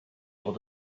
able